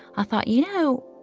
i thought, you know,